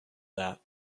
that